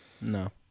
No